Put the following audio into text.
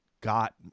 got